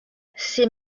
ses